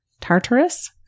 Tartarus